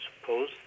suppose